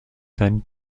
seinen